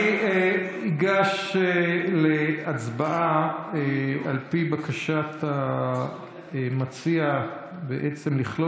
אני אגש להצבעה על פי הצעת המציע לכלול